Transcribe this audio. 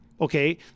Okay